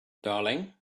darling